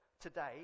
today